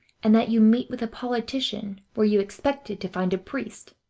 and that you meet with a politician where you expected to find a priest.